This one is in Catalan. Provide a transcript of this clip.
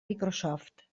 microsoft